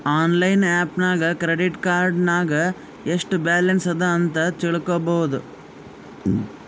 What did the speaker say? online app ನಾಗ್ credit card ನಾಗ್ ಎಸ್ಟ್ ಬ್ಯಾಲನ್ಸ್ ಅದಾ ಅಂತ್ ತಿಳ್ಕೊಬೋದು